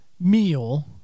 meal